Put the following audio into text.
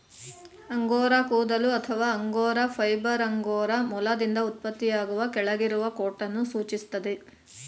angora ಕೂದಲು ಅಥವಾ angora fiber angora ಮೊಲದಿಂದ ಉತ್ಪತ್ತಿಯಾಗುವ ಕೆಳಗಿರುವ ಕೋಟನ್ನು ಸೂಚಿಸ್ತದೆ